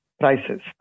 prices